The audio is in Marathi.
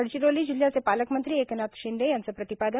गडचिरोली जिल्ह्याचे पालकमंत्री एकनाथ शिंदे यांचं प्रतिपादन